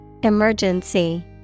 Emergency